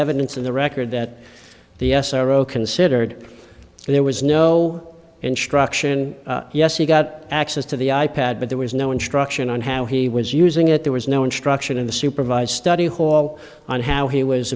evidence in the record that the s r o considered there was no instruction yes he got access to the i pad but there was no instruction on how he was using it there was no instruction in the supervised study hall on how he was